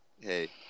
hey